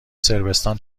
صربستان